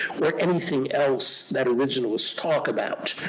like anything else that originalists talk about.